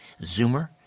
Zoomer